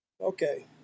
Okay